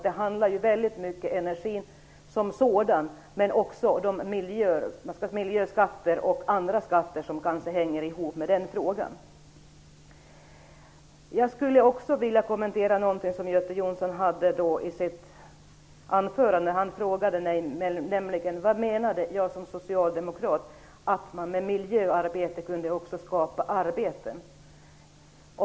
Det handlar väldigt mycket om energin som sådan men också om miljöskatter och andra skatter som hänger ihop med den frågan. Jag skulle också vilja kommentera något som Göte Jonsson sade i sitt anförande. Han frågade mig nämligen vad jag som socialdemokrat menade med att man genom miljöarbete också kan skapa arbete.